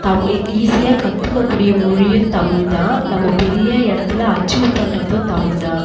தமிழ் ஈஸியாக கற்றுக்கக்கூடிய மொழியும் தமிழ்தான் நம்ம பெரிய இடத்துல அச்சீவ் பண்ணுறதும் தமிழ்தான்